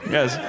Yes